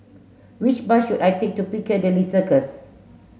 which bus should I take to Piccadilly Circus